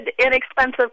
inexpensive